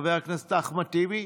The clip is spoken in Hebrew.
חבר הכנסת אחמד טיבי,